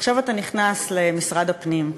עכשיו אתה נכנס למשרד הפנים,